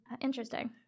Interesting